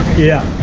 yeah.